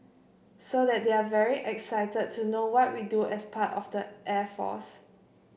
so that they're very excited to know what we do as part of the air force